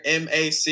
mac